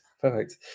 perfect